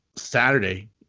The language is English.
Saturday